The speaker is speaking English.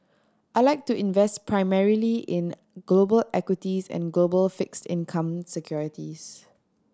I like to invest primarily in global equities and global fixed income securities